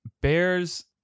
bears